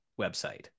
website